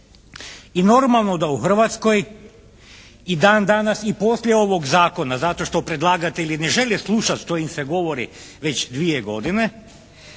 I normalno da u Hrvatskoj i dan danas i poslije ovog Zakona, zato što predlagatelji ne žele slušati što im se govori već dvije godine.